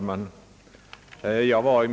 Herr talman!